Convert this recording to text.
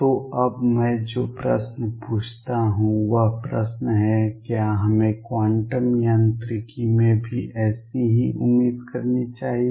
तो अब मैं जो प्रश्न पूछता हूं वह प्रश्न है क्या हमें क्वांटम यांत्रिकी में भी ऐसी ही उम्मीद करनी चाहिए